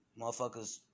Motherfuckers